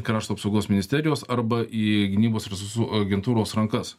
krašto apsaugos ministerijos arba į gynybos resursų agentūros rankas